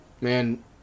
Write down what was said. man